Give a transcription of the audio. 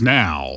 now